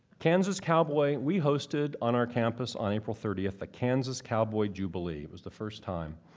kansas cowboy we hosted on our campus on april thirtieth the kansas cowboy jubilee, it was the first time.